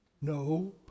no